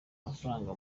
amafaranga